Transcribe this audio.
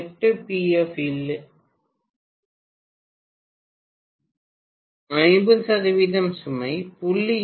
8 pf இல் 50 சதவிகிதம் சுமை 0